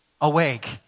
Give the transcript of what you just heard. awake